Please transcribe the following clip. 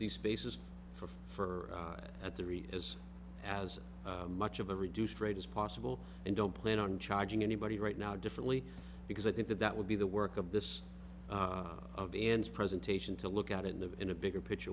these spaces for for at the region as as much of a reduced rate as possible and don't plan on charging anybody right now differently because i think that that would be the work of this of ann's presentation to look at in the in a bigger picture